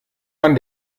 man